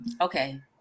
okay